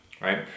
right